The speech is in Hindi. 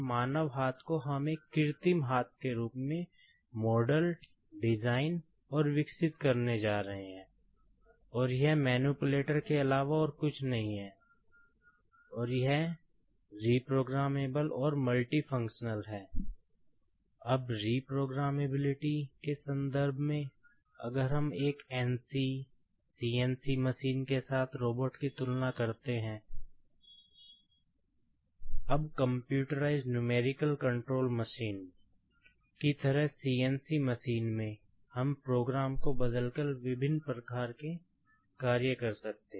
ब री प्रोग्रामबिलिटी की तरह CNC मशीन में हम प्रोग्राम को बदलकर विभिन्न प्रकार के कार्य कर सकते हैं